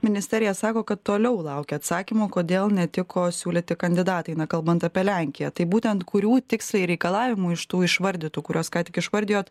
ministerija sako kad toliau laukia atsakymo kodėl netiko siūlyti kandidatai na kalbant apie lenkiją tai būtent kurių tikslai reikalavimų iš tų išvardytų kuriuos ką tik išvardijot